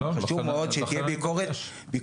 חשוב מאוד שתהיה ביקורת,